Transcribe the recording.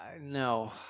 No